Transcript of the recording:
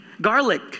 garlic